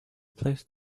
placed